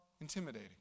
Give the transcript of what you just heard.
intimidating